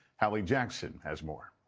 hallie jackson has more.